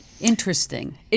Interesting